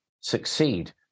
succeed